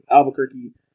Albuquerque